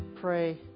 pray